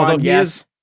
yes